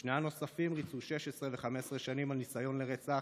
ושני הנוספים ריצו 16 ו-15 שנים על ניסיון לרצח,